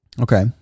Okay